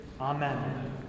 Amen